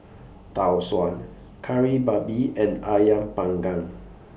Tau Suan Kari Babi and Ayam Panggang